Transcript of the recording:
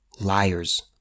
Liars